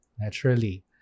Naturally